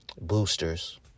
boosters